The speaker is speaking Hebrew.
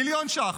מיליון ש"ח,